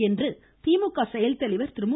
என்று திமுக செயல்தலைவா் திரு மு